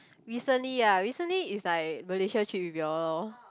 recently ah recently it's like Malaysia trip with you all lor